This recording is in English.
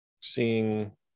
seeing